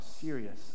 serious